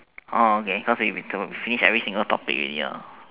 oh okay because we finish every single topic already lor